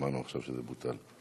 שמענו עכשיו שזה בוטל.